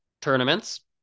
tournaments